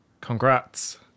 Congrats